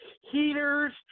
heaters